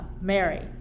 Mary